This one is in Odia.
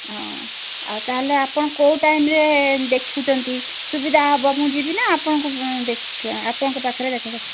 ହଁ ଆଉ ତା'ହେଲେ ଆପଣ କେଉଁ ଟାଇମ୍ରେ ଦେଖୁଛନ୍ତି ସୁବିଧା ହେବ ମୁଁ ଯିବିନା ଆପଣଙ୍କୁ ଆପଣଙ୍କ ପାଖରେ ଦେଖା ସାକ୍ଷାତ